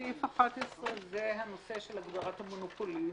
סעיף 11 זה הנושא של אסדרת המונופולין,